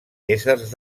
éssers